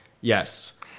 Yes